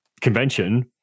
convention